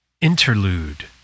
Interlude